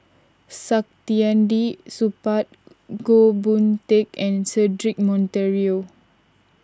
Saktiandi Supaat Goh Boon Teck and Cedric Monteiro